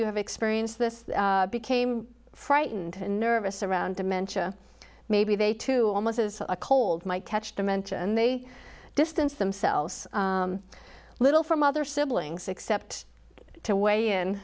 you have experienced this became frightened and nervous around dementia maybe they too almost as a cold might catch the mention they distanced themselves a little from other siblings except to weigh in